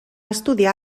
estudiar